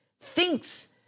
thinks